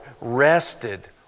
rested